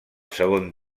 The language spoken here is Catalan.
segon